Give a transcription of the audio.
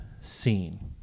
seen